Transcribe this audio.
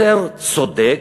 יותר צודק,